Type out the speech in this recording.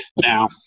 Now